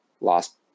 lost